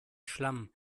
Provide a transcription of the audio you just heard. schlamm